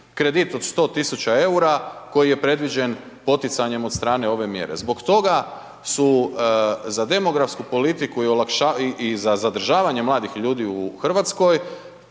kredit od 100 tisuća eura koji je predviđen poticanjem od strane ove mjere. Zbog toga su za demografsku politiku i za zadržavanje mladih ljudi u Hrvatskoj